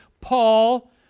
Paul